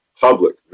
public